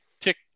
tick